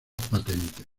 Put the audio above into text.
patentes